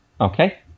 Okay